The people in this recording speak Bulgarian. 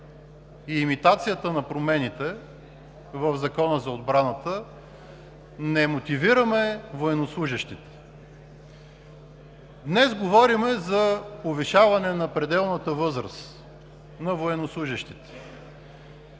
и имитацията на промените в Закона за отбраната и въоръжените сили не мотивираме военнослужещите. Днес говорим за повишаване на пределната възраст на военнослужещите.